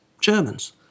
Germans